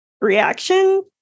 reaction